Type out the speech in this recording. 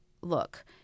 look